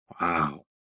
Wow